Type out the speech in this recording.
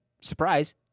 surprise